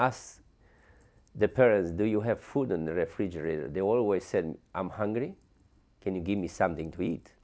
purpose do you have food in the refrigerator they always said i'm hungry can you give me something to eat